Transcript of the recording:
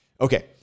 okay